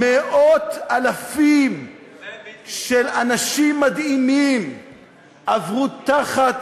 מאות אלפים של אנשים מדהימים עברו תחת